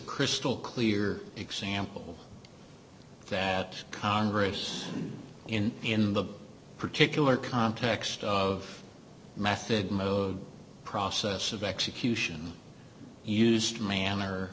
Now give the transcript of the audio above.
crystal clear example that congress in the in the particular context of method mode of process of execution used